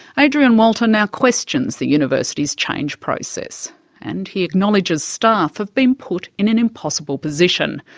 adrian walter now questions the university's change process and he acknowledges staff have been put in an impossible position,